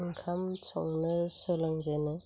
ओंखाम संनो सोलोंजेनो